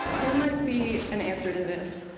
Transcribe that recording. there might be an answer to this.